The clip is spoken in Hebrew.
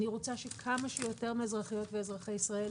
אני רוצה שכמה שיותר מהאזרחיות ואזרחי ישראל